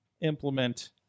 implement